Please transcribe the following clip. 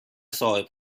صاحب